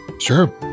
Sure